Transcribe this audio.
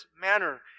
manner